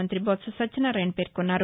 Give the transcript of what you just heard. మంతి టొత్స సత్యనారాయణ పేర్కొన్నారు